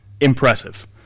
impressive